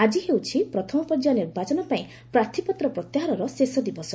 ଆଜି ହେଉଛି ପ୍ରଥମ ପର୍ଯ୍ୟାୟ ନିର୍ବାଚନପାଇଁ ପ୍ରାର୍ଥୀପତ୍ର ପ୍ରତ୍ୟାହାରର ଶେଷ ଦିବସ